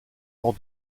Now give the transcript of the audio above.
ordre